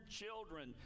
children